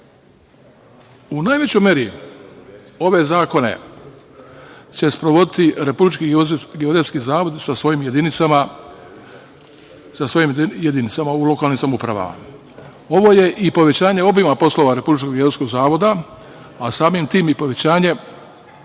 najvećoj meri ove zakone će sprovoditi Republički geodetski zavod sa svojim jedinicama u lokalnim samoupravama. Ovo je i povećavanje obima poslova Republičkog geodetskog zavoda, a samim tim treba